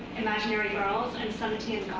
imaginary girls and some